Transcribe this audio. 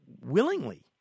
willingly